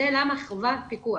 חובת פיקוח.